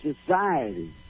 society